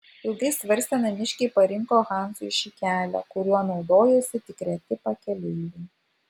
ilgai svarstę namiškiai parinko hansui šį kelią kuriuo naudojosi tik reti pakeleiviai